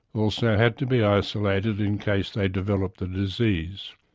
also had to be isolated in case they developed the disease.